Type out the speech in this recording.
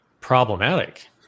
problematic